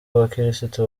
abakirisitu